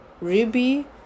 Ruby